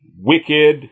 wicked